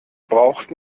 braucht